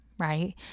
right